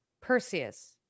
Perseus